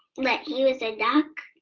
that he was a duck?